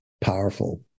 powerful